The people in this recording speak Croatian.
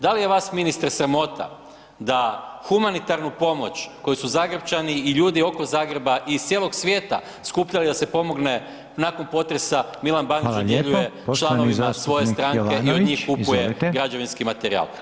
Da li je vas ministre sramota da humanitarnu pomoć koju su Zagrepčani i ljudi oko Zagreba i iz cijelog svijeta skupljali da se pomogne nakon potresa Milan Bandić dodjeljuje članovima svoje stranke i od njih kupuje građevinski materijal?